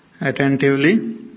attentively